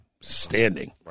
standing